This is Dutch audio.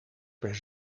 per